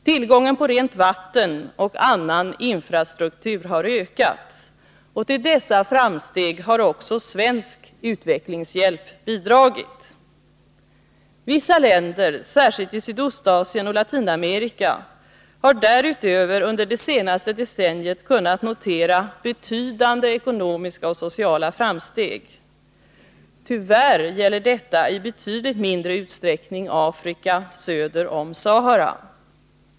Tillgången på rent vatten och annan infrastruktur har ökat. Till dessa framsteg har också svensk utvecklingshjälp bidragit. Vissa länder, särskilt i Sydostasien och Latinamerika, har därutöver under det senaste decenniet kunnat notera betydande ekonomiska och sociala framsteg. Tyvärr gäller detta i betydligt mindre utsträckning Afrika, söder om Sahara.